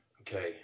Okay